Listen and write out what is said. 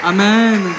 Amen